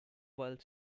while